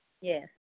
Yes